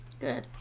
good